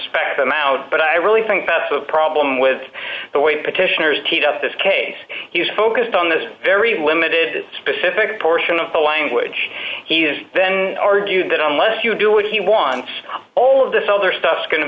spec them out but i really think that's a problem with the way petitioners teed up this case he's focused on this very limited specific portion of the language he has then argued that unless you do what he wants all of this other stuff is going to